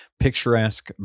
picturesque